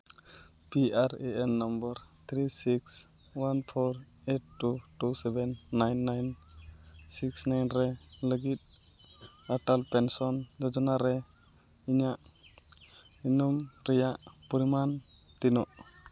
P R A N number three six one four eight two seven nine nine six nine ᱨᱮ ᱞᱟᱹᱜᱤᱫ Atal pension Yojana ᱨᱮ ᱤᱧᱟᱹᱜ ᱤᱱᱟᱹᱢ ᱨᱮᱭᱟᱜ ᱯᱚᱨᱤᱢᱟᱱ ᱛᱤᱱᱟᱹᱜ